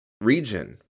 region